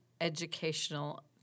educational